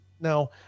now